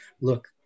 look